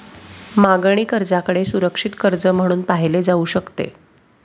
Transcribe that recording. मागणी कर्जाकडे सुरक्षित कर्ज म्हणून पाहिले जाऊ शकते